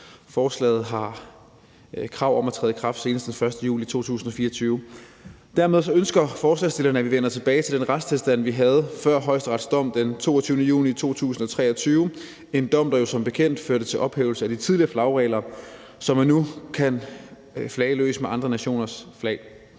Forslaget har et krav om at træde i kraft senest den 1. juli 2024. Dermed ønsker forslagsstillerne, at vi vender tilbage til den retstilstand, vi havde før Højesterets dom den 22. juni 2023; en dom, der jo som bekendt førte til ophævelse af de tidligere flagregler, så man nu kan flage løs med andre nationers flag.